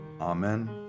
Amen